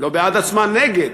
לא בעד עצמן, נגד: